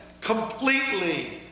completely